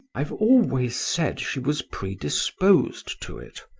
i've always said she was predisposed to it,